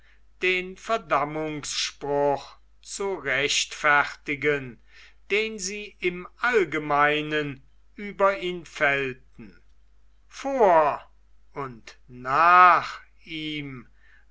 den verdammungsspruch zu rechtfertigen den sie im allgemeinen über ihn fällten vor und nach ihm